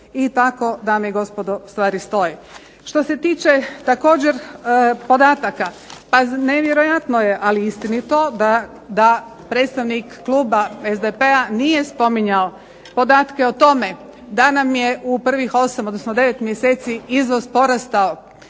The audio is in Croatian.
I tako, dame i gospodo, stvari stoje. Što se tiče također podataka, pa nevjerojatno je ali istinito da predstavnik kluba SDP-a nije spominjao podatke o tome da nam je u prvih 8 odnosno 9 mjeseci iznos porastao.